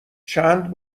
چند